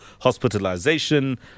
hospitalization